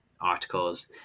articles